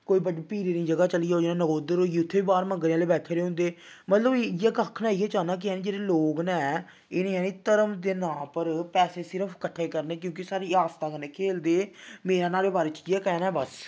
कोई बड्डी पीरें दी जगह् चली जाओ जियां नगोदर होई गे उत्थें बी बाह्र मंगने आह्ले बैठे दे होंदे मतलब इ'यै आक्खना इ'यै चाह्न्ना कि जानि जेह्ड़े लोक न इ'नें धर्म दे नांऽ उप्पर पैसे सिर्फ कट्ठे करने क्योंकि साढ़ी आस्था कन्नै खेलदे मेरा नाह्ड़े बारे च इ'यै कैह्ना ऐ बस